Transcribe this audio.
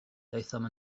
daethom